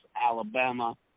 Alabama